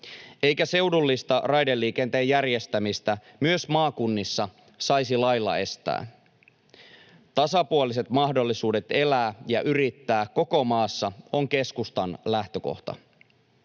eikä seudullista raideliikenteen järjestämistä myös maakunnissa saisi lailla estää. Tasapuoliset mahdollisuudet elää ja yrittää koko maassa on keskustan lähtökohta.